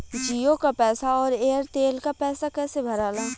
जीओ का पैसा और एयर तेलका पैसा कैसे भराला?